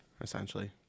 Essentially